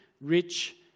rich